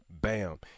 Bam